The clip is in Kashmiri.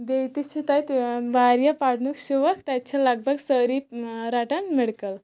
بیٚیہِ تہِ چھِ تتہِ واریاہ پرنُک شوق تتہِ چھِ لگ بگ سٲری رٹان میڈکل